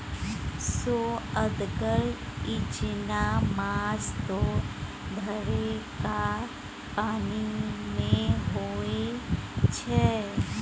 सोअदगर इचना माछ त धारेक पानिमे होए छै